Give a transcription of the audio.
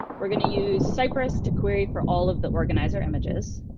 we're going to use cypress to query for all of the organiser images,